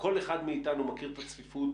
כל אחד מאתנו מכיר את הצפיפות